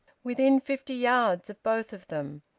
within fifty yards of both of them,